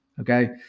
okay